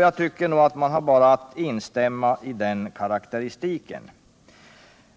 Jag tycker att man bara har att instämma i den karakteristiken.